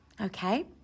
Okay